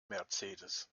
mercedes